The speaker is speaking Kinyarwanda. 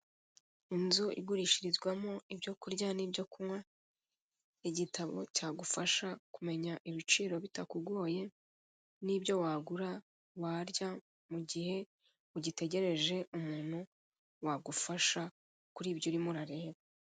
Inzu igurishirizwamo ibyo kurya n'ibyo kunywa, igitabo cyagufasha kumenya ibiciro bitakugoye n'ibyo wagura warya mu gihe ugitegereje umuntu wagufasha kuri ibyo urimo urareba.